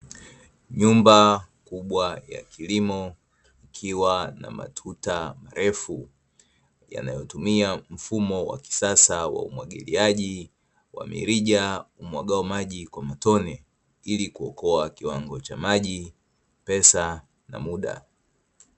Nyumba kubwa ya kilimo ikiwa na matuta marefu yanayotumia mfumo wa kisasa wa umwagiliaji wa mirija, umwagao maji kwa matone ili kuokoa kiwango cha: maji, pesa, na muda.